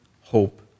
hope